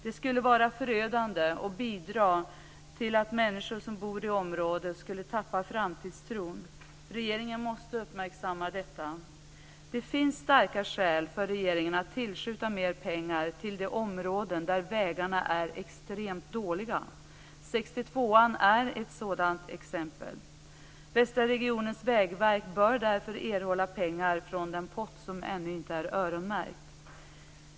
Det skulle vara förödande och bidra till att människor som bor i området skulle tappa framtidstron. Regeringen måste uppmärksamma detta. Det finns starka skäl för regeringen att tillskjuta mer pengar till de områden där vägarna är extremt dåliga. 62:an är ett sådant exempel. Västra regionens vägverk bör därför erhålla pengar från den "pott" som ännu inte är öronmärkt.